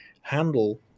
handle